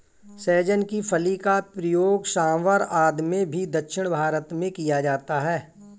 सहजन की फली का प्रयोग सांभर आदि में भी दक्षिण भारत में किया जाता है